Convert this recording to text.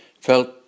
felt